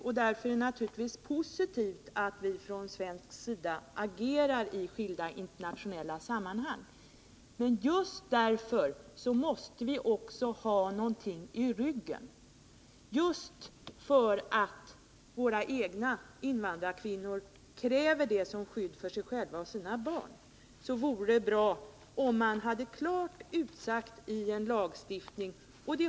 Då är det naturligtvis positivt att Sverige agerar i olika internationella sammanhang. Men just därför måste vi också ha någonting i ryggen. Våra egna invandrarkvinnor kräver detta som skydd för sig själva och sina barn. Det vore alltså bra, om man i lag klart sade ifrån att omskärelse är förbjudet.